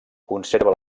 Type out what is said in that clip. conserva